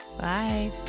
Bye